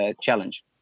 challenge